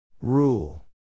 Rule